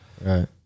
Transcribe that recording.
right